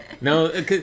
No